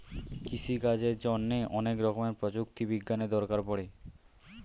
কৃষিকাজের জন্যে অনেক রকমের প্রযুক্তি বিজ্ঞানের দরকার পড়ে